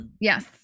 yes